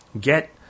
Get